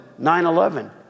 9-11